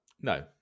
no